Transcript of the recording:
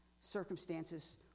circumstances